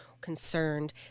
concerned